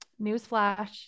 newsflash